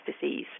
disease